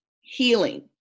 Healing